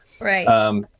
Right